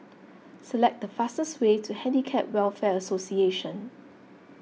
select the fastest way to Handicap Welfare Association